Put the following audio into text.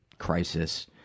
crisis